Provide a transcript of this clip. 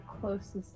closest